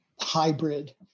hybrid